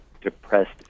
depressed